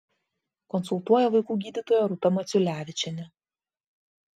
konsultuoja vaikų gydytoja rūta maciulevičienė